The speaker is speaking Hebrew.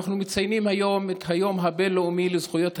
אנחנו מציינים היום את היום הבין-לאומי לזכויות הילד,